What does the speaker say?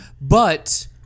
but-